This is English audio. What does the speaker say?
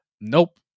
nope